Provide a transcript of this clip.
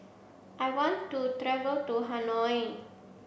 I want to travel to Hanoi